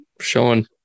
showing